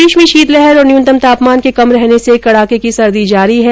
प्रदेश में शीत लहर और न्यूनतम तापमान के कम रहने से कड़ाके की सर्दी जारी है